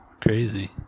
crazy